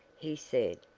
he said,